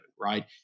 Right